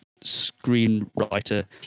screenwriter